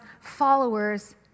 followers